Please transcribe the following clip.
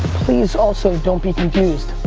please also don't be confused.